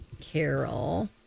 Carol